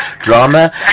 drama